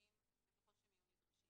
מצוינים וככל שהם יהיו נדרשים,